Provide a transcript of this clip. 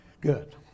Good